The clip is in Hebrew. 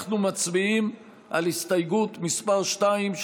אנחנו מצביעים על הסתייגות מס' 2,